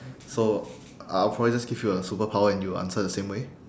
so I'll probably just give you a superpower and you answer the same way